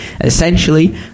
essentially